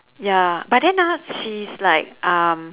ya but then ah she's like um